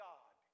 God